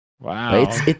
Wow